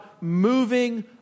moving